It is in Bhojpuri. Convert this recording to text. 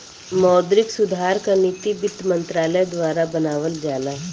मौद्रिक सुधार क नीति वित्त मंत्रालय द्वारा बनावल जाला